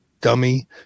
dummy